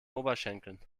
oberschenkeln